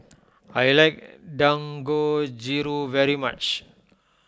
I like Dangojiru very much